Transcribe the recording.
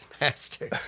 Master